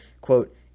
quote